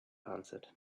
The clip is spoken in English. answered